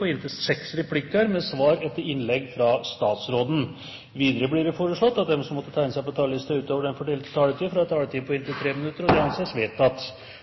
på inntil seks replikker med svar etter innlegg fra statsråden innenfor den fordelte taletid. Videre blir det foreslått at de som måtte tegne seg på talerlisten utover den fordelte taletid, får en taletid på inntil 3 minutter. – Det anses vedtatt.